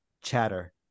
chatter